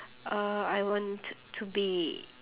uh I want to be